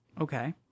Okay